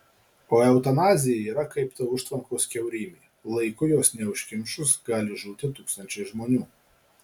o eutanazija yra kaip ta užtvankos kiaurymė laiku jos neužkimšus gali žūti tūkstančiai žmonių